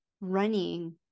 running